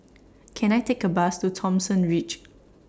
Can I Take A Bus to Thomson Ridge